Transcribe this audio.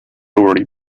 already